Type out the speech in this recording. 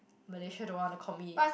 Malaysia don't want to commit